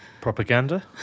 Propaganda